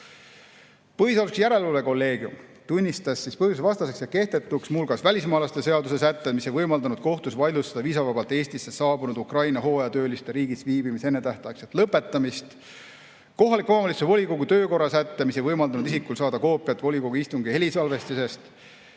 Põhiseaduslikkuse järelevalve kolleegium tunnistas põhiseadusvastaseks ja kehtetuks muu hulgas välismaalaste seaduse sätted, mis ei võimaldanud kohtus vaidlustada viisavabalt Eestisse saabunud Ukraina hooajatööliste riigis viibimise ennetähtaegset lõpetamist; kohaliku omavalitsuse volikogu töökorra sätte, mis ei võimaldanud isikul saada koopiat volikogu istungi helisalvestisest;